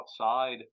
outside